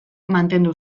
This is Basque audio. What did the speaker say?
mantendu